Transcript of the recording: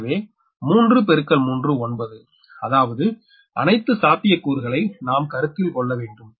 எனவே 3 3 9 அதாவது அணைத்து சாத்தியக்கூறுகளை நாம் கருத்தில் கொள்ள வேண்டும்